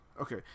Okay